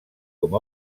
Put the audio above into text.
com